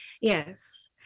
Yes